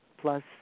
plus